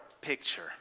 picture